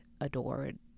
adored